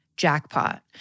jackpot